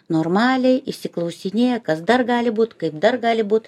normaliai išsiklausinėja kas dar gal būt kaip dar gali būt